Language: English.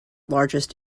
largest